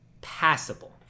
passable